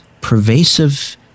pervasive